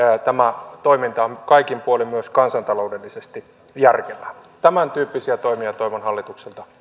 tämä toiminta on kaikin puolin myös kansantaloudellisesti järkevää tämäntyyppisiä toimia toivon hallitukselta